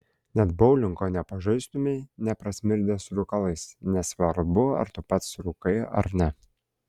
net boulingo nepažaistumei neprasmirdęs rūkalais nesvarbu ar tu pats rūkai ar ne